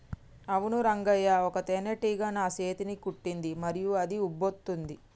అవును రంగయ్య ఒక తేనేటీగ నా సేతిని కుట్టింది మరియు అది ఉబ్బుతోంది